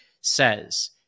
says